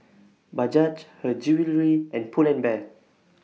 Bajaj Her Jewellery and Pull and Bear